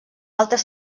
altes